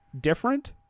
different